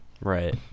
Right